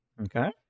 Okay